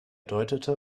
deutete